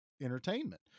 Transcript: entertainment